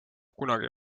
kunagi